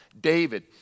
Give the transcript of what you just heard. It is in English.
David